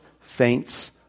faints